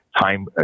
time